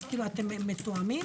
אתם מתואמים?